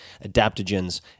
adaptogens